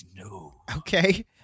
Okay